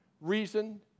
reason